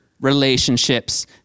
relationships